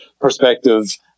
perspective